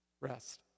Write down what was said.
rest